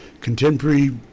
Contemporary